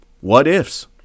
what-ifs